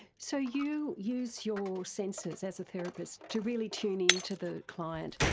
so you use your senses as a therapist to really tune in to the client,